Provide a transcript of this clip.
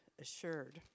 assured